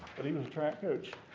but he was a track coach.